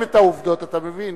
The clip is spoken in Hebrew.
את העובדות, אתה מבין?